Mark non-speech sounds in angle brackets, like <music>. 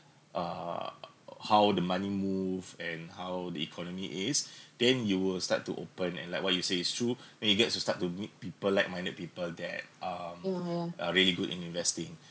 uh how the money move and how the economy is <breath> then you will start to open and like what you say is true then you gets to start to meet people like-minded people that um are really good in investing